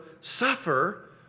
suffer